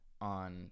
on –